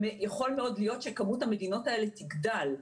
יכול מאוד להיות שכמות המדינות האלה תגדל,